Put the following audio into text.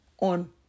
on